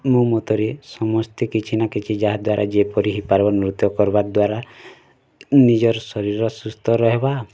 ମୋ ମତରେ ସମସ୍ତେ କିଛି ନା କିଛି ଯାହା ଦ୍ଵାରା ଯେପରି ହେଇ ପାର୍ବ ନୃତ୍ୟ କରିବା ଦ୍ଵାରା ନିଜର୍ ଶରୀର୍ ସୁସ୍ଥ ରହେବା